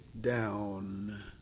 down